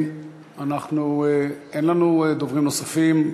אין לנו דוברים נוספים.